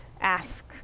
ask